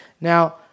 Now